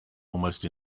almost